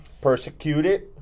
persecuted